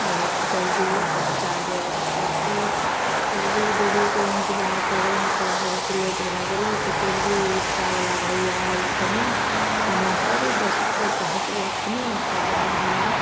बहुत जल्दिए पहुँचै देबऽ तब फेर एक दुइगो दीदीके इन्तजार करैमे थोड़ा बहुत लेट भै गेलै तऽ फिरभी रिक्शावला भइआ अएलखिन समयपर ओ दस बजे पहुँच गेलखिन ओकरबाद हमरा